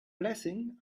blessing